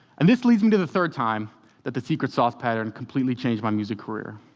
and this leads me to the third time that the secret sauce pattern completely changed my music career.